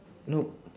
nope